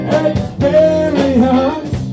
experience